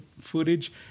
footage